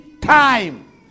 time